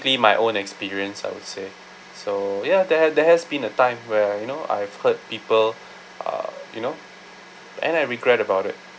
my own experience I would say so ya there there has been a time where you know I've hurt people uh you know and I regret about it